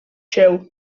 się